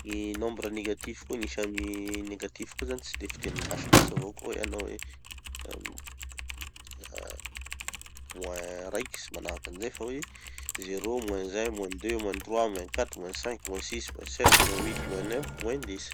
Gny nombre négatif koa, gny isa négatif koa tsy de fiteny gasy avao koa hoe hanao hoe: moins raiky, tsy manahaky anizay fa hoe zero, moins un, moins deux, moins trois, moins quatre, moins cinq, moins six, moins sept, moins huit, moins neuf, moins dix